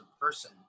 person